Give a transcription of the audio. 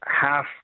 half